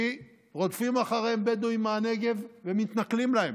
כי רודפים אחריהן בדואים מהנגב ומתנכלים להן